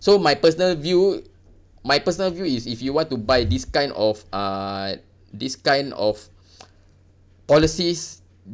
so my personal view my personal view is if you want to buy this kind of uh this kind of policies